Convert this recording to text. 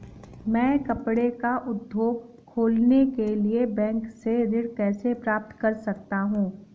मैं कपड़े का उद्योग खोलने के लिए बैंक से ऋण कैसे प्राप्त कर सकता हूँ?